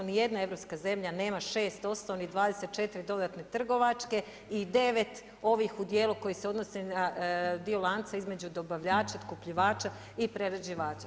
Nijedna europska zemlja nema 6 osnovnih i 24 dodatne trgovačke i 9 ovih u dijelu koji se odnose na dio lanca između dobavljača, otkupljivača i prerađivača.